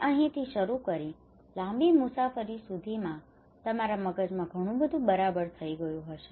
તે અહીંથી શરૂ કરીને લાંબી મુસાફરી સુધીમાં તમારા મગજમાં ઘણું બધું બરાબર થઈ ગયું હશે